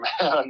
man